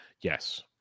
Yes